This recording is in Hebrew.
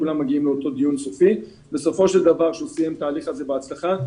כולם מגיעים לאותו דיון סופי וסיים את ההליך הזה בהצלחה,